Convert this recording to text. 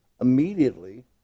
immediately